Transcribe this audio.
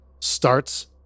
starts